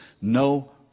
no